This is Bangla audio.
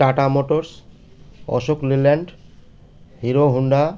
tata Motors Ashok Leyland Hero Honda